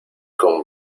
con